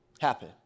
happen